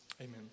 Amen